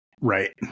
right